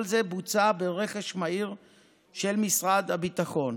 כל זה בוצע ברכש מהיר של משרד הביטחון.